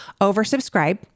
Oversubscribe